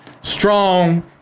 strong